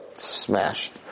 smashed